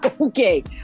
okay